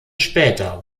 später